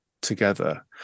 together